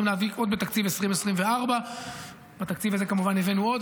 להביא עוד בתקציב 2024. כמובן שבתקציב הזה הבאנו עוד.